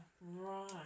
right